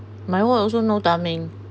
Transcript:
my one also no timing